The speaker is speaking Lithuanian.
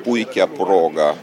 puikią progą